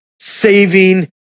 saving